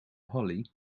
hollie